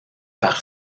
par